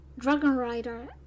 Dragonrider